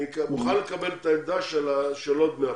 אני מוכן לקבל את העמדה שלא דמי אבטלה,